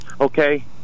okay